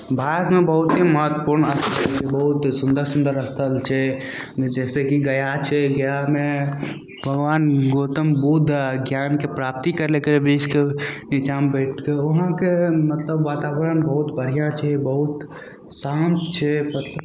भारतमे बहुते महत्वपूर्ण स्थल बहुते सुन्दर सुन्दर स्थल छै जैसे कि गया छै गयामे भगवान गौतम बुद्ध आओर ज्ञानके प्राप्ति करलकय वृक्षके नीचामे बैठके उहाँके मतलब वातावरण बहुत बढ़िआँ छै बहुत शान्त छै